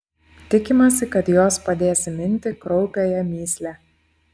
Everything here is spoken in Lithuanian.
tikimasi kad jos padės įminti kraupiąją mįslę